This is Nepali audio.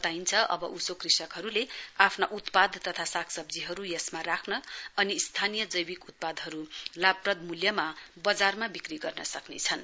बताइन्छ अब उसो क्रेषकहरूले आफ्ना उत्पाद तथा सागसब्जीहरू यसमा राख्न अनि स्थानीय जैविक उत्पादहरू लाभप्रद मूल्यमा बजारमा बिक्री गर्न सक्नेछन्